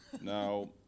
Now